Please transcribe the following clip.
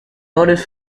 oldest